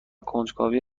کنجکاوی